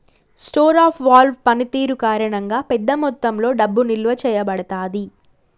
store of value పనితీరు కారణంగా, పెద్ద మొత్తంలో డబ్బు నిల్వ చేయబడతాది